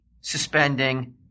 suspending